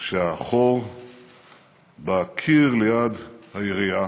כשהחור בקיר ליד העירייה